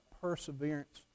perseverance